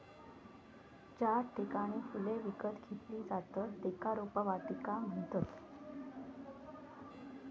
ज्या ठिकाणी फुले विकत घेतली जातत त्येका रोपवाटिका म्हणतत